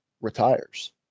retires